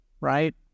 right